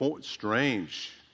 strange